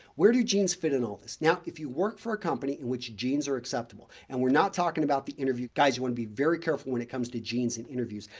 where do jeans fit in all this? now, if you work for a company in which jeans are acceptable and we're not talking about the interview. guys, you want to be very careful when it comes to jeans in interviews.